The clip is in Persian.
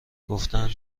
گفتند